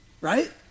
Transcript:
right